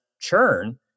churn